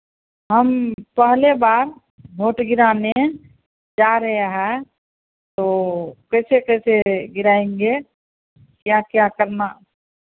हम पहली बार वोट गिराने जा रहे हैं तो कैसे कैसे गिराएंगे क्या क्या करना